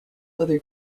other